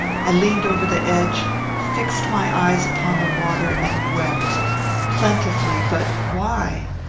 i leaned over the edge fixed my eyes upon the water and wept plentifully but why?